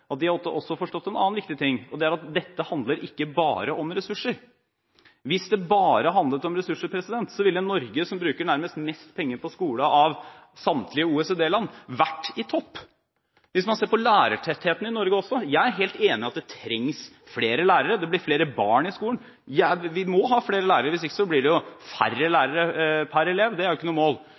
er at dette ikke bare handler om ressurser. Hvis det bare handlet om ressurser, ville Norge, som bruker nærmest mest penger på skole av samtlige OECD-land, vært i topp. Man kan også se på lærertettheten i Norge. Jeg er helt enig i at det trengs flere lærere, det blir flere barn i skolen. Vi må ha flere lærere, hvis ikke blir det færre lærere per elev, og det er jo ikke noe mål.